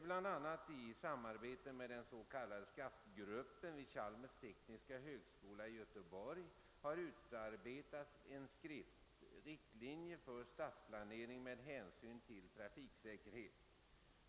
Så har exempelvis i samarbete med den s.k. SCAFT gruppen vid Chalmers tekniska högskola i Göteborg utarbetats en skrift med namnet »Riktlinjer för stadsplanering; med hänsyn till trafiksäkerhet«.